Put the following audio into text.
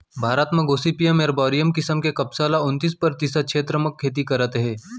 भारत म gossypium arboreum किसम के कपसा ल उन्तीस परतिसत छेत्र म खेती करत हें